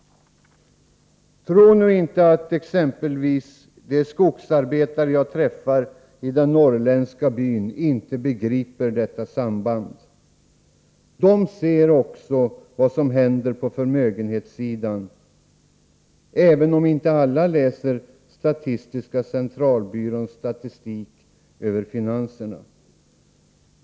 Tro nu inte att exempelvis de skogsarbetare jag träffar i den norrländska byn inte begriper detta samband! De ser också på vad som händer på förmögenhetssidan — även om inte alla läser statistiska centralbyråns statistik över finanserna.